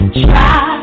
try